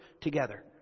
together